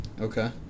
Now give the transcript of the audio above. Okay